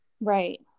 right